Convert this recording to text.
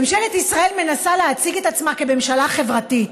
ממשלת ישראל מנסה להציג את עצמה כממשלה חברתית,